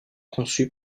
conçu